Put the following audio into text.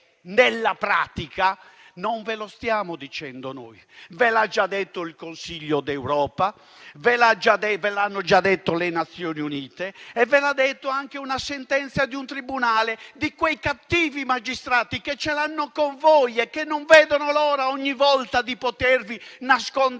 nella pratica non ve lo stiamo dicendo solo noi; ve l'ha già detto il Consiglio d'Europa, ve l'hanno già detto le Nazioni Unite e ve l'ha detto anche la sentenza di un tribunale, di quei cattivi magistrati che ce l'hanno con voi e che non vedono l'ora, ogni volta, di nascondervi